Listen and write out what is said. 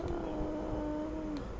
uh